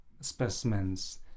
specimens